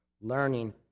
learning